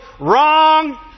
Wrong